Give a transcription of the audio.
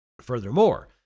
Furthermore